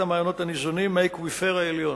המעיינות הניזונים מהאקוויפר העליון.